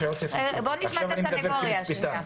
עכשיו אני מדבר כמשפטן.